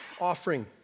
offering